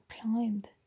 climbed